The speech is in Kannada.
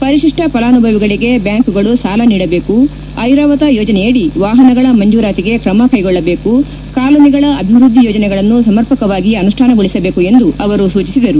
ಪರಿಶಿಷ್ಟ ಫಲಾನುಭವಿಗಳಿಗೆ ಬ್ಯಾಂಕ್ಗಳು ಸಾಲ ನೀಡಬೇಕು ಐರಾವತ ಯೋಜನೆಯಡಿ ವಾಹನಗಳ ಮಂಜೂರಾತಿಗೆ ಕ್ರಮ ಕ್ಕೆಗೊಳ್ಳಬೇಕು ಕಾಲೋನಿಗಳ ಅಭಿವೃದ್ದಿ ಯೋಜನೆಗಳನ್ನು ಸಮರ್ಪಕವಾಗಿ ಅನುಷ್ಠಾನಗೊಳಿಸಬೇಕು ಎಂದು ಅವರು ಸೂಚಿಸಿದರು